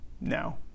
No